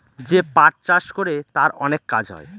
যে পাট চাষ করে তার অনেক কাজ হয়